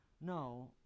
no